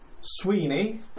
Sweeney